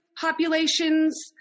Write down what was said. populations